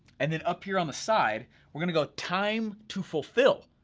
and then up here on the side, we're gonna go time to fulfill,